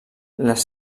les